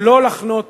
לא לחנות